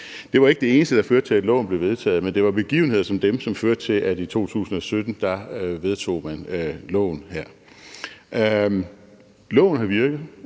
Det var ikke det eneste, der førte til, at loven blev vedtaget, men det var begivenheder som dem, der førte til, at i 2017 vedtog man loven her. Loven har virket,